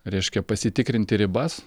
reiškia pasitikrinti ribas